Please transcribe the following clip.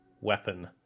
weapon